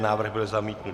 Návrh byl zamítnut.